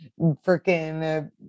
freaking